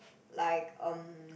like um